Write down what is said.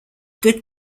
good